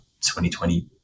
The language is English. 2020